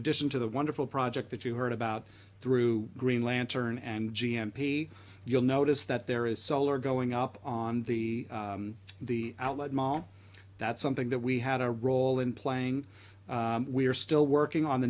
addition to the wonderful project that you heard about through green lantern and g n p you'll notice that there is solar going up on the the outlet mall that's something that we had a role in playing we are still working on the